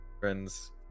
friends